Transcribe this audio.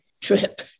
trip